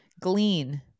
Glean